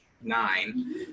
nine